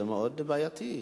זה מאוד בעייתי.